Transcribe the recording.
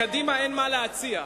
לקדימה אין מה להציע.